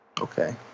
Okay